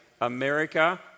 America